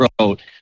wrote